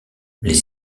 les